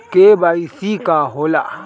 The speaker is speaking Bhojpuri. के.वाइ.सी का होला?